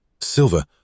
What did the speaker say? Silver